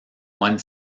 one